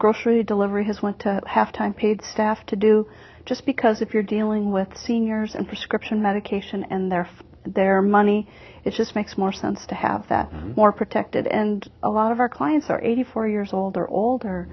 grocery delivery his want to have time paid staff to do just because if you're dealing with seniors and prescription medication and they're for their money it just makes more sense to have that more protected and a lot of our clients are eighty four years old or older